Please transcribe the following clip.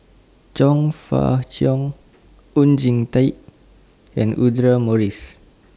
Chong Fah Cheong Oon Jin Teik and Audra Morrice